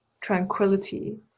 tranquility